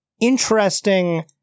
interesting